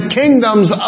kingdoms